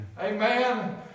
amen